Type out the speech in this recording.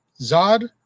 Zod